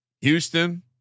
Houston